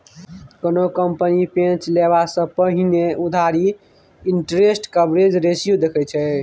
कोनो कंपनी पैंच लेबा सँ पहिने उधारी इंटरेस्ट कवरेज रेशियो देखै छै